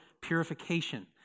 purification